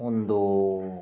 ಒಂದು